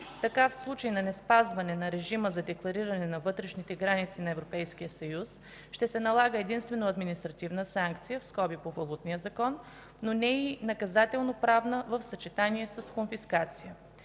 Така в случай на неспазване на режима за деклариране на вътрешните граници на Европейския съюз ще се налага единствено административна санкция (по Валутния закон), но не и наказателноправна в съчетание с конфискация.